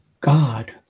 God